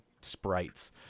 sprites